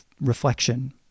reflection